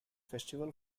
festival